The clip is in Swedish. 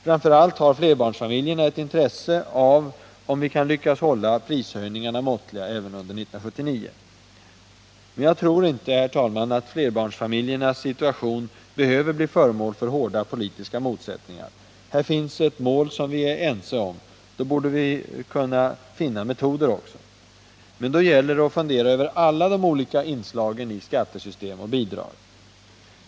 Framför allt har flerbarnsfamiljerna ett intresse av att vi kan hålla prishöjningarna måttliga även under 1979. Jag tror dock inte, herr talman, att flerbarnsfamiljernas situation behöver bli föremål för hårda politiska motsättningar. Här finns ett mål som vi är ense om, och då borde vi också kunna finna metoder. Men det gäller att fundera över alla de olika inslagen i skattesystem och bidrag.